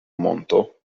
monto